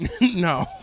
No